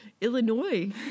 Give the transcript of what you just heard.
Illinois